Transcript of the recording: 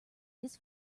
his